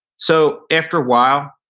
so after awhile,